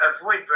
avoid